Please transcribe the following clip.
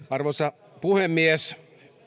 arvoisa puhemies